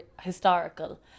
historical